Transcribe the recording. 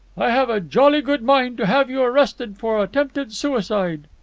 i have a jolly good mind to have you arrested for attempted suicide.